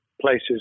places